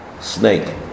snake